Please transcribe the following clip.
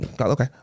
Okay